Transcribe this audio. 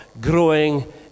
growing